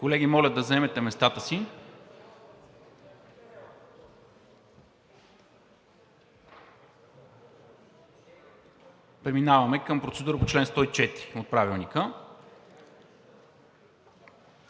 Колеги, моля да заемете местата си. Преминаваме към процедура по чл. 104 от Правилника.